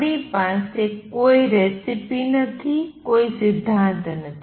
આપણી પાસે કોઈ રેસીપી નથી કોઈ સિદ્ધાંત નથી